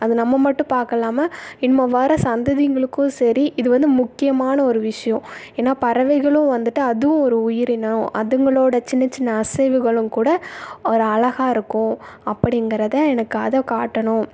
அது நம்ம மட்டும் பார்க்கல்லாம இனிமேல் வர சந்ததிங்களுக்கும் சரி இது வந்து முக்கியமான ஒரு விஷயம் ஏன்னா பறவைகளும் வந்துட்டு அதுவும் ஒரு உயிரினம் அதுங்களோட சின்ன சின்ன அசைவுகளும் கூட ஒரு அழகா இருக்கும் அப்படிங்கிறத என்னைக்காவது காட்டணும்